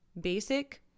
basic